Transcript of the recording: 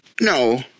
No